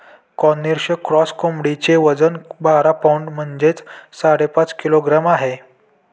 Cornish cross कोंबडीचे वजन बारा पौंड म्हणजेच साडेपाच किलोग्रॅम आहे